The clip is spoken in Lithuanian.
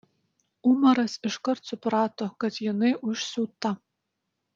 umaras iškart suprato kad jinai užsiūta